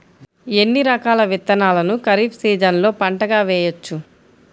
ఎన్ని రకాల విత్తనాలను ఖరీఫ్ సీజన్లో పంటగా వేయచ్చు?